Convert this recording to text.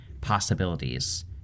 possibilities